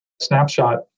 snapshot